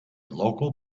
local